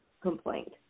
Complaint